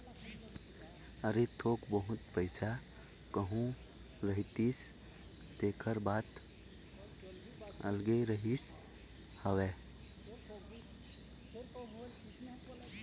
अरे थोक बहुत पइसा कहूँ रहितिस तेखर बात अलगे रहिस हवय